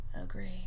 agree